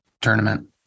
tournament